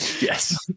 Yes